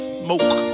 smoke